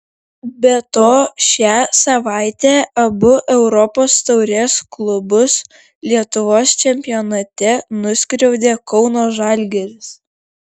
be to šią savaitę abu europos taurės klubus lietuvos čempionate nuskriaudė kauno žalgiris